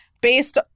based